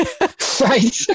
right